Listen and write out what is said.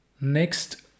Next